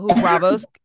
Bravo's